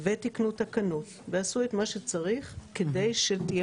ותיקנו תקנות ועשו את מה שצריך כדי שתהיה